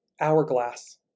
hourglass